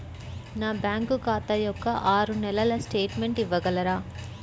నా బ్యాంకు ఖాతా యొక్క ఆరు నెలల స్టేట్మెంట్ ఇవ్వగలరా?